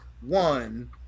one